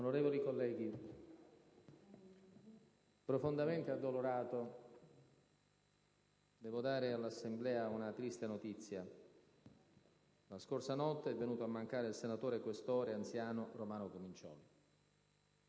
Onorevoli colleghi, profondamente addolorato, devo dare all'Assemblea una triste notizia. La scorsa notte è venuto a mancare il senatore Questore anziano Romano Comincioli.